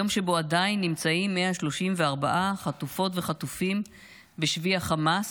היום שבו עדיין נמצאים 134 חטופות וחטופים בשבי החמאס.